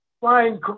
flying